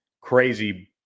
crazy